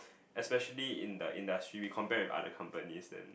especially in the industry we compare with other companies then